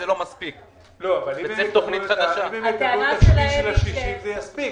אם הם יקבלו את השני שליש הנותרים זה יספיק.